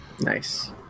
Nice